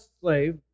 slave